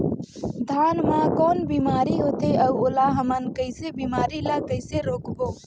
धान मा कौन बीमारी होथे अउ ओला हमन कइसे बीमारी ला कइसे रोकबो?